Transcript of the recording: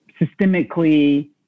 systemically